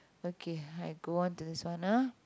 okay I go on to this one ah